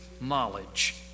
knowledge